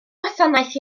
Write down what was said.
gwasanaeth